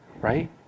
right